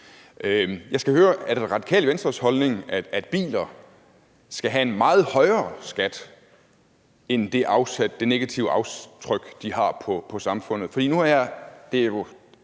Jeg skal høre: Er det Det Radikale Venstres holdning, at biler skal have en meget højere skat end det negative aftryk, de har på samfundet? For nu har man jo